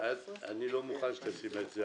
אני לא מוכן שתשים את זה